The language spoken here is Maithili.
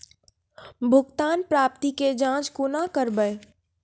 भुगतान प्राप्ति के जाँच कूना करवै?